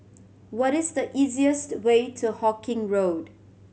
what is the easiest way to Hawkinge Road